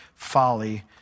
folly